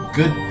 good